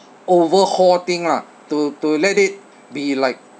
overhaul thing lah to to let it be like